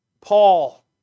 Paul